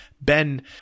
Ben